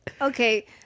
Okay